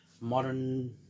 modern